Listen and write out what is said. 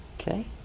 Okay